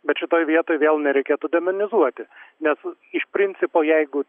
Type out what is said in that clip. bet šitoj vietoj vėl nereikėtų demonizuoti nes iš principo jeigu